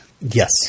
Yes